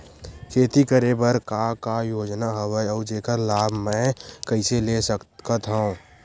खेती करे बर का का योजना हवय अउ जेखर लाभ मैं कइसे ले सकत हव?